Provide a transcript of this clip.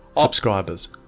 Subscribers